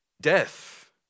death